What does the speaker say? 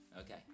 Okay